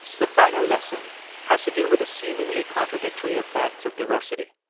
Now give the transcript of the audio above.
the final lesson has to do with a seemingly contradictory effect of diversity.